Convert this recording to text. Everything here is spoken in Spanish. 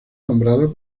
nombrado